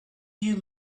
you